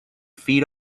feet